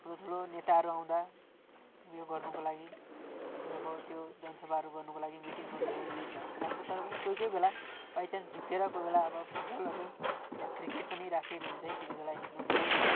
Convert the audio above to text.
ठुलोठुलो नेताहरू आउँदा उयो गर्नुको लागि तिनीहरूको त्यो जनसभाहरू गर्नुको लागि मिटिङ गर्नुको लागि युज भएको जस्तो लाग्छ तर पनि कोही कोही बेला बाइचान्स झुक्केर कोही बेला अब फुटबलहरू या क्रिकेट पनि राखिएको हुन्छ है त्यतिबेला हेर्नु गयो